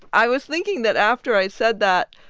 i was thinking that after i said that,